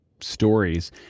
stories